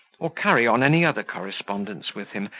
or carry on any other correspondence with him,